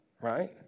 right